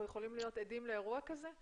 אנחנו יכולים להיות עדים לאירוע כזה?